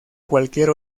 cualquier